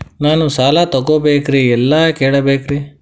ನಾನು ಸಾಲ ತೊಗೋಬೇಕ್ರಿ ಎಲ್ಲ ಕೇಳಬೇಕ್ರಿ?